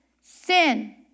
Sin